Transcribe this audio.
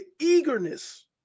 eagerness